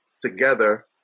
together